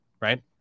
Right